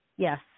Yes